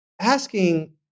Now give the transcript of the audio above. asking